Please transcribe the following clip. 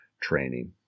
training